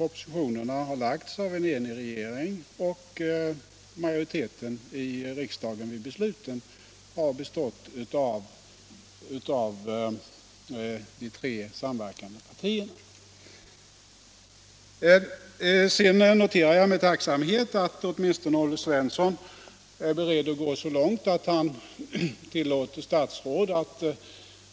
Propositionerna har lagts av en enig regering, och majoriteten i riksdagen vid besluten har bestått av de tre samverkande partierna. Sedan noterar jag med tacksamhet att åtminstone Olle Svensson är beredd att gå så långt att han tillåter statsråd att